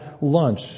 lunch